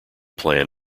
plan